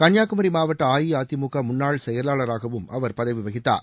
கன்னியாகுமரி மாவட்ட அஇஅதிமுக முன்னாள் செயலாளராகவும் அவர் பதவி வகித்தார்